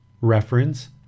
reference